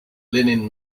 linen